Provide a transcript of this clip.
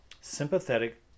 Sympathetic